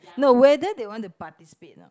no whether they want to participate or not